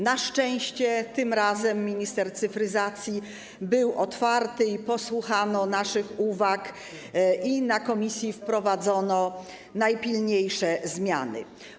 Na szczęście tym razem minister cyfryzacji był otwarty, posłuchano naszych uwag i w komisji wprowadzono najpilniejsze zmiany.